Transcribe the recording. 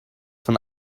von